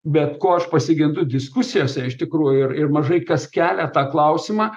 bet ko aš pasigendu diskusijose iš tikrųjų ir ir mažai kas kelia tą klausimą